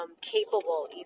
capable